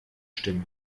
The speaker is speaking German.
stimme